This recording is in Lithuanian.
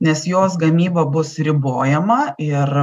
nes jos gamyba bus ribojama ir